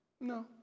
no